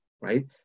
right